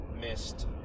missed